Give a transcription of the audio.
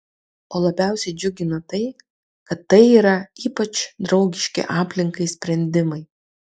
o labiausiai džiugina tai kad tai yra ypač draugiški aplinkai sprendimai